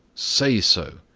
say so.